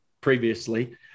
previously